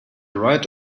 right